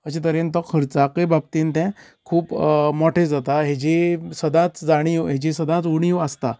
अशें तरेन तो खर्चाकय बाबतींत तें खूब मोठो जाता हेजी सदांच जाणीव हेची सदांच जाणीव हेची सदांच उणीव आसता